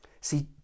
See